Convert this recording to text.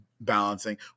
balancing